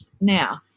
Now